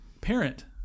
parent